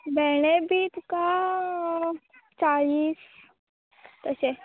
भेंडे बी तुका चाळीस तशें